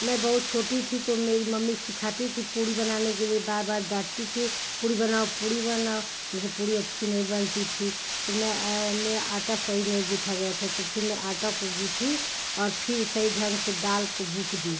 मैं बहुत छोटी थी तो मेरी मम्मी सिखाती थी पूड़ी बनाने के लिए बार बार डाँटती थी पूड़ी बनाओ पूड़ी बनाओ हमसे पूड़ी अच्छी नहीं बनती थी तो मैं मेरा आटा सही नहीं गूँथा गया था तो फिर मैं आटा को गूँथी और फिर सही ढंग से दाल को बुक दी